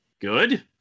good